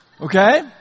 okay